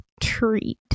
treat